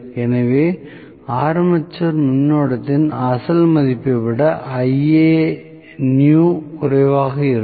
எனவே ஆர்மேச்சர் மின்னோட்டத்தின் அசல் மதிப்பை விட குறைவாக இருக்கும்